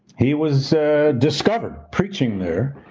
he was discovered preaching there